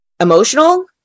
emotional